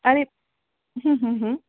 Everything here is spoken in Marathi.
आणि